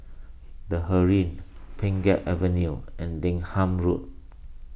the Heeren Pheng Geck Avenue and Denham Road